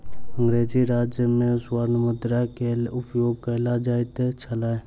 अंग्रेजी राज में स्वर्ण मुद्रा के उपयोग कयल जाइत छल